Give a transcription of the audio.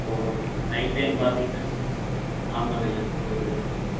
இப்போது night time பார்த்தீங்கன்னா ஆமாங்க ஐயா மூணு வீடு தான்ங்க ஐயா